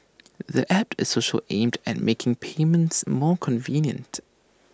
the app is also aimed at making payments more convenient